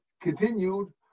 continued